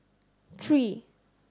three